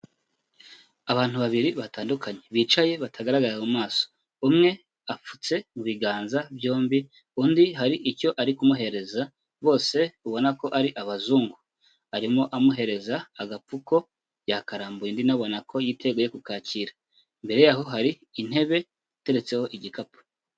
Abantu babiri batandukanye, bicaye batagaraga mu maso, umwe apfutse mu biganza byombi, undi hari icyo ari kumuhereza, bose ubona ko ari abazungu, arimo amuhereza agapfuko yakarambuye undi na we ubona ko yiteguye kukakira, imbere yaho hari intebe iteretseho igikapu.